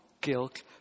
guilt